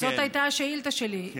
אבל זאת הייתה השאילתה שלי,